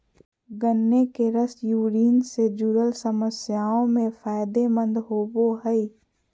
गन्ने के रस यूरिन से जूरल समस्याओं में फायदे मंद होवो हइ